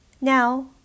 Now